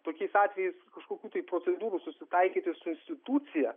tokiais atvejais kažkokių tai procedūrų susitaikyti su institucija